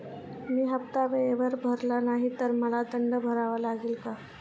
मी हफ्ता वेळेवर भरला नाही तर मला दंड भरावा लागेल का?